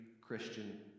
Christian